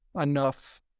enough